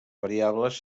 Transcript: variables